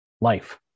life